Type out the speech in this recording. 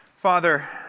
Father